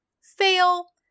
Fail